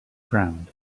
ground